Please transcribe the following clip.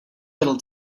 little